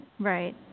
Right